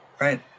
right